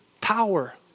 power